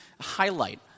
highlight